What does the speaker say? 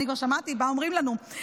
אני כבר שמעתי מה אומרים לנו,